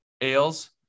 ales